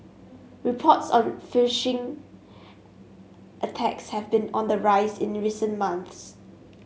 reports on phishing attacks have been on the rise in recent months